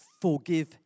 forgive